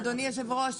אדוני היושב-ראש,